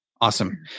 Awesome